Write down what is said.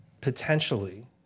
potentially